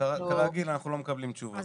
כרגיל אנחנו לא מקבלים תשובות.